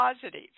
positive